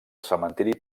cementiri